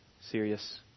serious